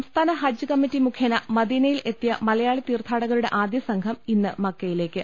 സംസ്ഥാന ഹജ്ജ് കമ്മറ്റി മുഖേന മദീന്റയിൽ എത്തിയ മല യാളി തീർത്ഥാടകരുടെ ആദ്യസംഘം ഇന്ന് മക്കയിലേക്ക്